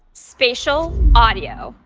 spatial audio.